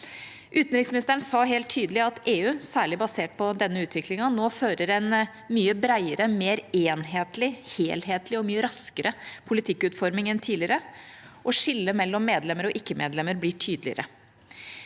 Utenriksministeren sa helt tydelig at EU, særlig basert på denne utviklingen, nå fører en mye bredere, mer enhetlig, helhetlig og mye raskere politikkutforming enn tidligere, og skillet mellom medlemmer og ikkemedlemmer blir tydeligere.